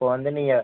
இப்போ வந்து நீங்கள்